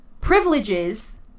privileges